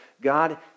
God